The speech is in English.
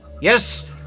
yes